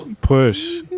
Push